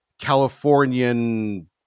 Californian